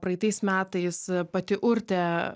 praeitais metais pati urtė